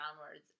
downwards